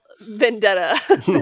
vendetta